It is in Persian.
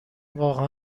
واقعا